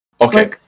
Okay